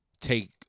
take